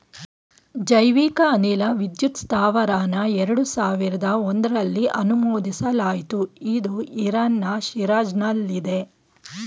ಜೈವಿಕ ಅನಿಲ ವಿದ್ಯುತ್ ಸ್ತಾವರನ ಎರಡು ಸಾವಿರ್ದ ಒಂಧ್ರಲ್ಲಿ ಅನುಮೋದಿಸಲಾಯ್ತು ಇದು ಇರಾನ್ನ ಶಿರಾಜ್ನಲ್ಲಿದೆ